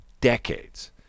decades